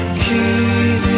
keep